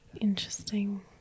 Interesting